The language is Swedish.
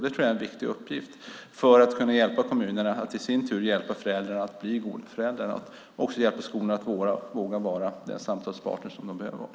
Det tror jag är en viktig uppgift för att kunna hjälpa kommunerna att i sin tur hjälpa föräldrar att bli goda föräldrar och att också hjälpa skolorna att våga vara de samtalspartner som de behöver vara.